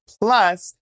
plus